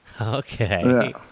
Okay